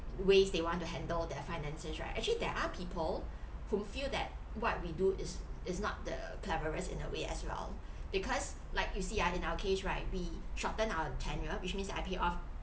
ways they want to handle their finances right actually there are people whom feel that what we do is is not the cleverest in a way as well because like you see ah in our case right we shorten our tenure which means I pay off